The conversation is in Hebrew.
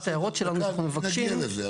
אחת ההערות שלנו: אנחנו מבקשים --- נגיע לזה,